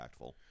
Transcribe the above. impactful